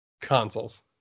Consoles